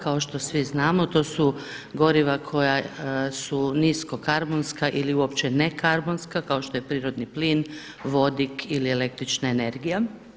Kao što svi znamo to su goriva koja su nisko karbonska ili uopće ne karbonska kao što je prirodni plin, vodik ili električna energija.